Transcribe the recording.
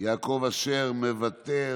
יעקב אשר, מוותר,